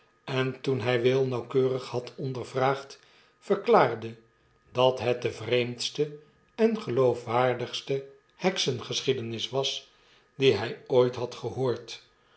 en toen hy will nauwkeurig had ondervraagd verklaarde dat het de vreemdste en geloofwaardigste heksengeschiedenis was diehy ooit had gehoord